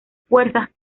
fuerzas